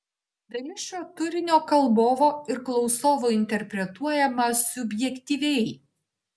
dalis šio turinio kalbovo ir klausovo interpretuojama subjektyviai